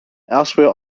elsewhere